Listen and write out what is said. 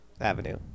avenue